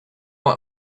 what